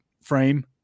frame